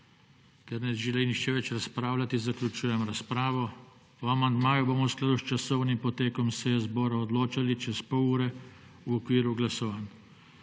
Ker ne želi nihče več razpravljati zaključujem razpravo. O amandmaju bomo v skladu z časovnim potekom seje zbora odločali čez pol ure v okviru glasovanj.